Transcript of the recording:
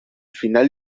final